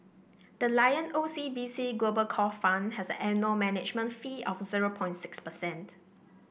the Lion O C B C Global Core Fund has an annual management fee of zero point six percent